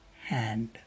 hand